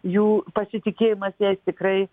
jų pasitikėjimas jais tikrai